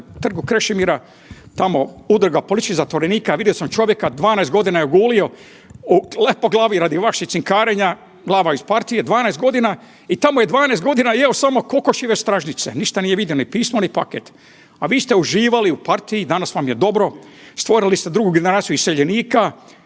na Trgu Krešimira tamo udruga političkih zatvorenika vidio sam čovjeka 12 godina je gulio u Lepoglavi radi vašeg cinkarenja glava iz partije 12 godina i tamo je 12 godina jeo samo kokošje stražnjice, ništa nije vidio ni pismo ni paket. A vi ste uživali u partiji, danas vam je dobro, stvorili ste drugu generaciju iseljenika.